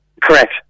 Correct